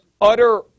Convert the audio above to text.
utter